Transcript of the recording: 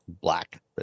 black